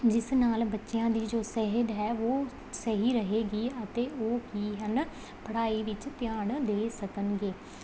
ਜਿਸ ਨਾਲ ਬੱਚਿਆਂ ਦੀ ਜੋ ਸਿਹਤ ਹੈ ਉਹ ਸਹੀ ਰਹੇਗੀ ਅਤੇ ਉਹ ਕੀ ਹਨ ਪੜ੍ਹਾਈ ਵਿੱਚ ਧਿਆਨ ਦੇ ਸਕਣਗੇ